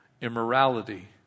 immorality